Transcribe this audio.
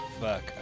Fuck